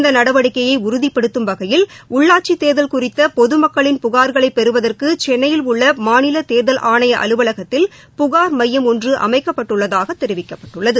இந்த நடவடிக்கையை உறுதிப்படுத்தும் வகையில் உள்ளாட்சித் தேர்தல் குறித்த பொது மக்களின் புகார்களைப் பெறுவதற்கு சென்னையில் உள்ள மாநிலத் தேர்தல் ஆணைய அலுவலகத்தில் புகார் மையம் ஒன்று அமைக்கப்பட்டுள்ளதாகத் தெரிவிக்கப்பட்டுள்ளது